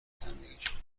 زندگیش